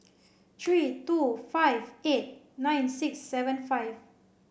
three two five eight nine six seven five